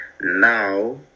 now